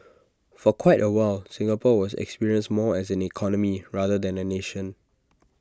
for quite A while Singapore was experienced more as an economy rather than A nation